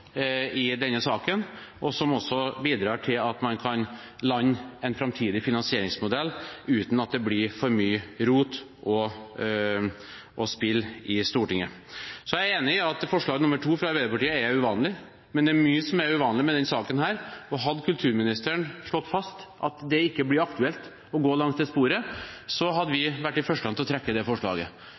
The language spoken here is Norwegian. i denne saken, og som også bidrar til at man kan lande en framtidig finansieringsmodell uten at det blir for mye rot og spill i Stortinget. Jeg er enig i at forslag nr. 2, fra Arbeiderpartiet, er uvanlig, men det er mye som er uvanlig i denne saken. Hadde kulturministeren slått fast at det ikke blir aktuelt å gå langs det sporet, hadde vi vært de første til å trekke forslaget. Men her har det